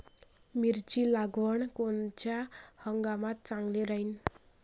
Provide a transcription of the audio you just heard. मिरची लागवड कोनच्या हंगामात चांगली राहीन?